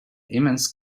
immense